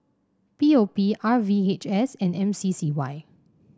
P O P R V H S and M C C Y